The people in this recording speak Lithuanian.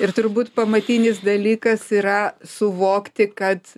ir turbūt pamatinis dalykas yra suvokti kad